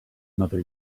mother